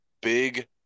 big